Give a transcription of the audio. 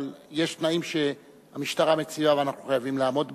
אבל יש תנאים שהמשטרה מציעה ואנחנו חייבים לעמוד בהם,